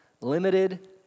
Limited